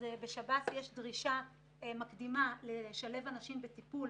בשירות בתי הסוהר יש דרישה מקדימה לשלב אנשים בטיפול,